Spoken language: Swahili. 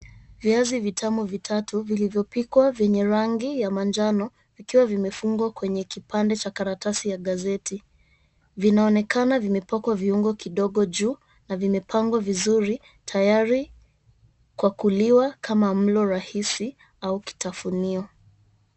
Viazi vitamu vitatu vilivyopikwa vyenye rangi ya manjano, vikiwa vimefungwa kwenye kipande cha karatasi ya gazeti, vinaonekana vimepakwa viungo kidogo juu na vimepangwa vizuri tayari kwa kuliwa kama mlo raisi au kitafunio.